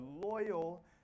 loyal